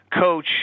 coach